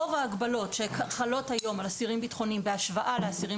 רוב ההגבלות שחלות היום על אסירים בטחוניים בהשוואה לאסירים